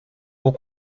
haut